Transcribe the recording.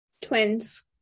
Twins